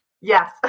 yes